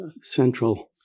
central